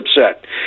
upset